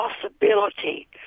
possibility